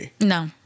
no